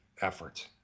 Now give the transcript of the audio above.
efforts